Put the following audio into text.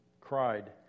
cried